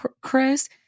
Chris